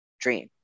dream